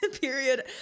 period